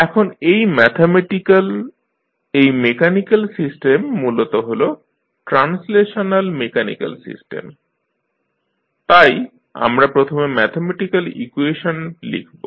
এখন এই ম্যাথমেটিক্যাল এই মেকানিক্যাল সিস্টেম মূলত হল ট্রান্সলেশনাল মেকানিক্যাল সিস্টেম তাই আমরা প্রথমে ম্যাথমেটিক্যাল ইকুয়েশন লিখব